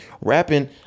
rapping